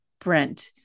Brent